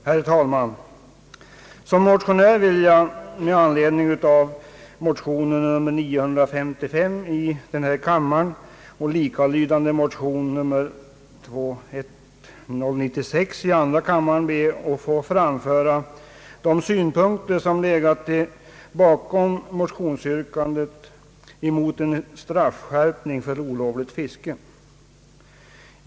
Herr talman! Som motionär vill jag med anledning av motionerna I:955 och II: 1096 be att få framföra de synpunkter som legat bakom motionsyrkandet mot en straffskärpning för olovligt fiske.